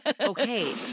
okay